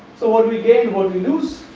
so, what we gain what we lose